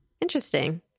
interesting